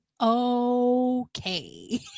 okay